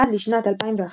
עד לשנת 2011